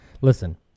Listen